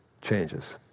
changes